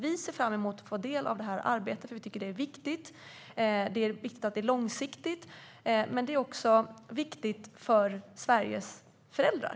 Vi ser fram emot att vara en del av detta arbete, för vi tycker att det är viktigt. Det är viktigt att det är långsiktigt, och det är viktigt för Sveriges föräldrar.